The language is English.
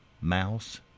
mouse